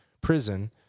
prison